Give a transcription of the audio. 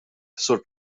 sur